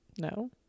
No